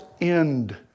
end